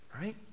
Right